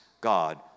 God